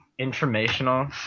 informational